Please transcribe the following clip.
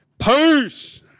Peace